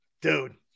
Dude